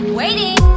waiting